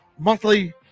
Monthly